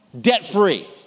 debt-free